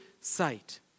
sight